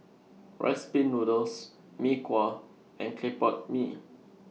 Rice Pin Noodles Mee Kuah and Clay Pot Mee